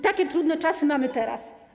Takie trudne czasy mamy teraz.